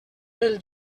pel